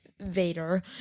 Vader